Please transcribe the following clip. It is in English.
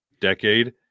decade